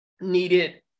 needed